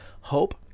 hope